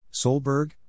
Solberg